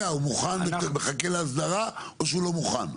הוא מוכן ומחכה להסדרה או שהוא לא מוכן?